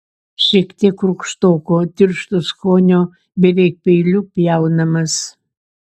šiek tiek rūgštoko tiršto skonio beveik peiliu pjaunamas